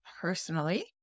personally